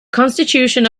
constitution